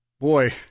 boy